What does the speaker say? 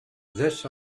this